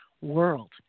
world